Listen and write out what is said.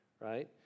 right